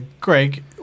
Greg